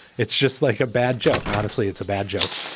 it's just like a bad joke. honestly, it's a bad joke.